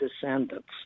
descendants